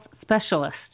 specialist